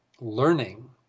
learning